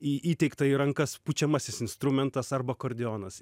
į įteikta į rankas pučiamasis instrumentas arba akordeonas